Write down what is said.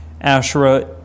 Asherah